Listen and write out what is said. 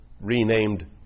renamed